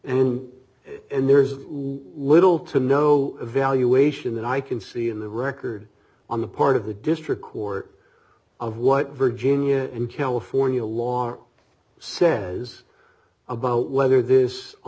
s and there's little to no evaluation that i can see in the record on the part of the district court of what virginia and california law says about whether this a